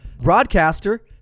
broadcaster